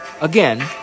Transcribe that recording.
again